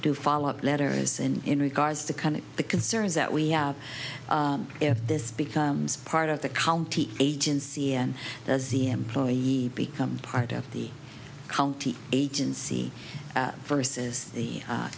do follow up letters and in regards to kind of the concerns that we have if this becomes part of the county agency and does the employee become part of the county agency versus the